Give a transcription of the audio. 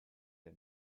der